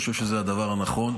אני חושב שזה הדבר הנכון.